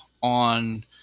on